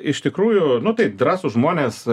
iš tikrųjų nu taip drąsūs žmonės